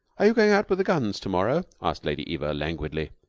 are you going out with the guns to-morrow? asked lady eva languidly.